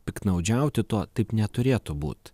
piktnaudžiauti tuo taip neturėtų būt